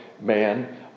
man